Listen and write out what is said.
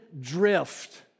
drift